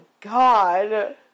God